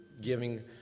giving